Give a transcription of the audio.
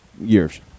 years